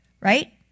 right